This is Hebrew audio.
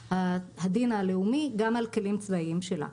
הדין הלאומי גם על כלים צבאיים שלה.